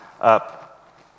up